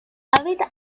habita